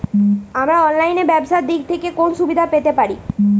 আমরা অনলাইনে ব্যবসার দিক থেকে কোন সুবিধা পেতে পারি?